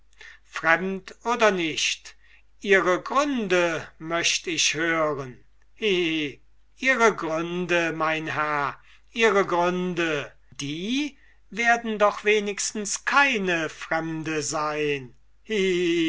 fremderfremd oder nicht ihre gründe möcht ich hören hi hi hi ihre gründe mein herr ihre gründe die werden doch wenigstens keine fremde sein